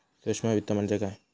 सूक्ष्म वित्त म्हणजे काय?